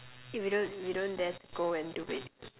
if we don't we don't dare to go and do it